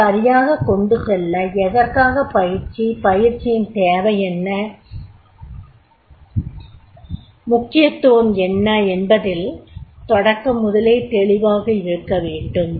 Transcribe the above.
இதை சரியாகக் கொண்டு செல்ல எதற்காக பயிற்சி பயிற்சியின் தேவை என்ன முக்கியத்துவம் என்ன என்பதில் தொடக்கம் முதலே தெளிவாக இருக்கவேண்டும்